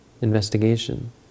investigation